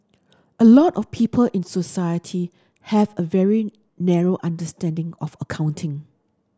a lot of people in society have a very narrow understanding of accounting